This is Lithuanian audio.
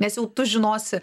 nes jau tu žinosi